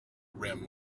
rim